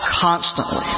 constantly